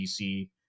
DC